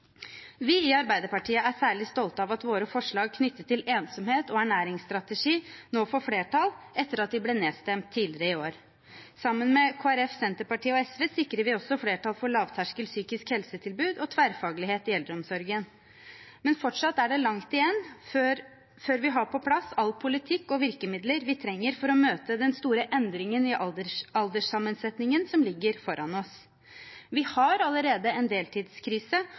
Vi i Arbeiderpartiet er særlig stolte av at våre forslag knyttet til ensomhet og ernæringsstrategi nå får flertall, etter at de ble nedstemt tidligere i år. Sammen med Kristelig Folkeparti, Senterpartiet og SV sikrer vi også flertall for lavterskel psykisk helsetilbud og tverrfaglighet i eldreomsorgen. Men fortsatt er det langt igjen før vi har på plass all politikk og virkemidler vi trenger for å møte den store endringen i alderssammensetningen som ligger foran oss. Vi har allerede en deltidskrise,